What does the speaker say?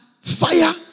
fire